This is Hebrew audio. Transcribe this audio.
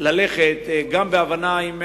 ללכת גם בהבנה עם מצרים,